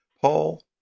Paul